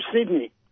Sydney